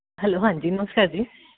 hello ਹਾਂਜੀ ਨਮਸਕਾਰ ਜੀ